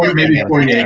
um maybe um forty yeah